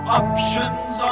options